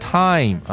time